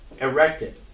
erected